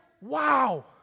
Wow